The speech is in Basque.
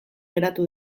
geratu